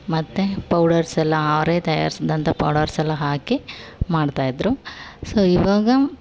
ಮತ್ತು ಪೌಡರ್ಸ್ ಎಲ್ಲ ಅವರೇ ತಯಾರಿಸಿದಂಥ ಪೌಡರ್ಸ್ ಎಲ್ಲ ಹಾಕಿ ಮಾಡ್ತಾ ಇದ್ದರು ಸೋ ಇವಾಗ